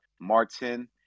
Martin